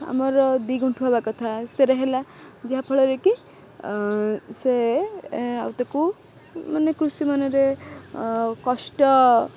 ଆମର ଦୁଇ ଗୁଣ୍ଠୁ ହେବା କଥା ସେରେ ହେଲା ଯାହାଫଳରେ କି ସେ ଆଉ ତାକୁ ମାନେ କୃଷି ମନରେ କଷ୍ଟ